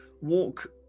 walk